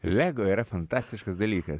lego yra fantastiškas dalykas